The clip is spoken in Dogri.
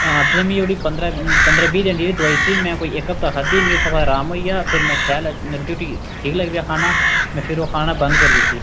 हां तुसें मी ओ जेह्ड़ी पंदरां पंदरां बीह् दिन दी जेह्ड़ी दोआई दित्ती ही में कोई इक हफ्ता खाद्दी मी उत्थै बाद राम होई गेआ फ्ही में शैल रुट्टी रट्टी ठीक लगी पेआ खान फिर में ओ खाना बंद करी दित्ती